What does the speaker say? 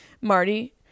Marty